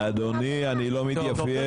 אדוני, אני לא מתייפייף.